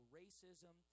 racism